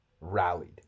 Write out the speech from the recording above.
rallied